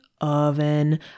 oven